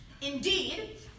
Indeed